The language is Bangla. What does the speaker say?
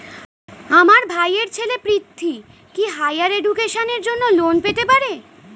আমার ভাইয়ের ছেলে পৃথ্বী, কি হাইয়ার এডুকেশনের জন্য লোন পেতে পারে?